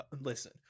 listen